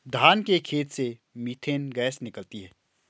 धान के खेत से मीथेन गैस निकलती है